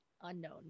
unknown